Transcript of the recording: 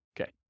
Okay